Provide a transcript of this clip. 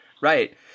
right